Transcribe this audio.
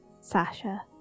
Sasha